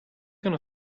gonna